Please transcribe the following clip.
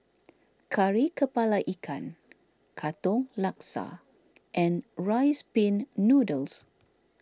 Kari Kepala Ikan Katong Laksa and Rice Pin Noodles